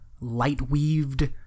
light-weaved